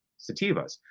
sativas